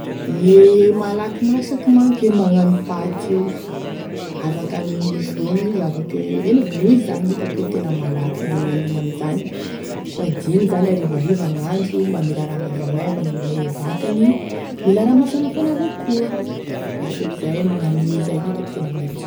Gne malaky masaky manko e magnano pâte io, afaky anigny misy roniny izy afaky, eny e nouilles zany gn'itako tena malaky e anigny amizany sady igny zany arivariva gn'andro mba mila raha maivamaivagny e vatagny, mila raha mafanafana avao koa, lasopy izay, magnano nouilles zay gn'itako tena mety.